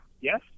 Yes